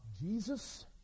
Jesus